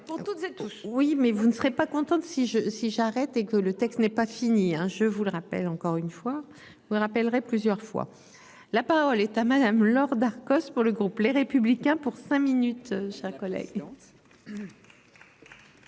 Oui mais vous ne serez pas contente si je, si j'arrête et que le texte n'est pas fini hein. Je vous le rappelle encore une fois je vous rappellerai plusieurs fois la parole est à madame Laure Darcos pour le groupe Les Républicains pour cinq minutes. Sa collègue.